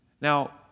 Now